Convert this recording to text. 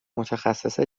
متخصص